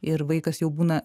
ir vaikas jau būna